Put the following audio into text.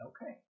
Okay